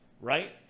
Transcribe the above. right